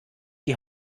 die